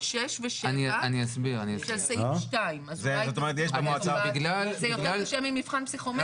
6 ו-7 של סעיף 2. זה יותר קשה ממבחן פסיכומטרי.